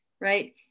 right